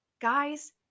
Guys